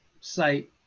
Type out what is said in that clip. site